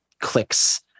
clicks